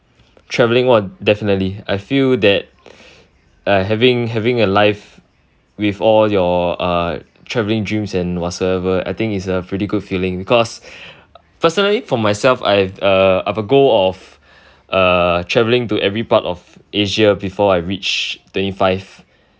travelling !wah! definitely I feel that uh having having a life with all your uh travelling dreams and whatsoever I think is a pretty good feeling because personally for myself I have a I have a goal of uh travelling to every part of asia before I reach twenty five